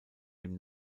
dem